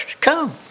come